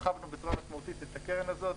הרחבנו בצורה משמעותית את הקרן הזאת,